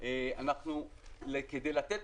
כדי לתת